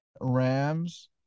Rams